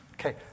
Okay